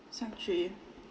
sec~ three